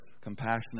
compassionate